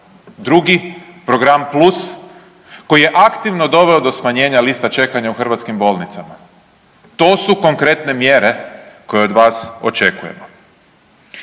drugi Program plus koji je aktivno do smanjenja lista čekanja u hrvatskim bolnicama. To su konkretne mjere koje od vas očekujemo.